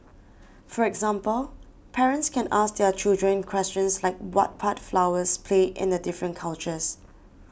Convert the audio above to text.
for example parents can ask their children questions like what part flowers play in the different cultures